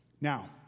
Now